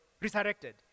resurrected